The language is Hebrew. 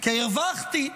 הרווחתי,